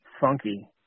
funky